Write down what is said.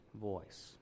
voice